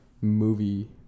movie